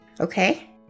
okay